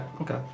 okay